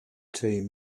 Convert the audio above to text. team